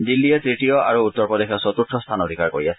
দিল্লীয়ে তৃতীয় আৰু উত্তৰ প্ৰদেশে চতুৰ্থ স্থান অধিকাৰ কৰি আছে